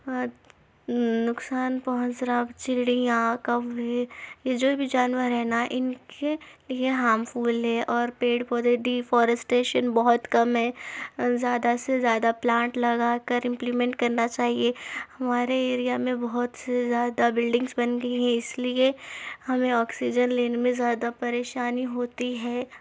اور نقصان پہونچ رہا چڑیاں کوّے یہ جو بھی جانور ہیں نا ان کے لیے ہارمفل ہے اور پیڑ پودے ڈی فارسٹیشن بہت کم ہیں زیادہ سے زیادہ پلانٹ لگا کر امپلیمنٹ کرنا چاہیے ہمارے ایریا میں بہت سے زیادہ بلڈنگس بن گئی ہیں اس لیے ہمیں آکسیجن لینے میں زیادہ پریشانی ہوتی ہے